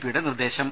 പിയുടെ നിർദേശം